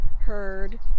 heard